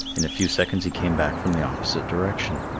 in a few seconds he came back from the opposite direction.